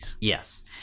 Yes